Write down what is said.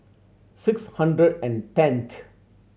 six hundred and tenth